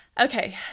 Okay